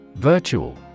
Virtual